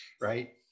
right